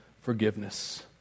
forgiveness